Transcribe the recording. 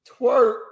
twerk